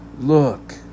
Look